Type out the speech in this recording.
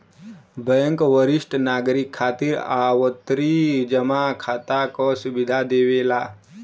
bank वरिष्ठ नागरिक खातिर आवर्ती जमा खाता क सुविधा देवला